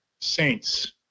saints